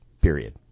Period